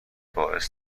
باعث